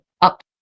up